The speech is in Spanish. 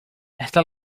esta